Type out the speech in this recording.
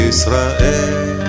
Israel